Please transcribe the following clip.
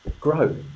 Grow